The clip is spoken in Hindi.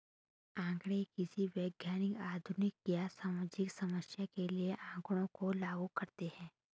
आंकड़े किसी वैज्ञानिक, औद्योगिक या सामाजिक समस्या के लिए आँकड़ों को लागू करते है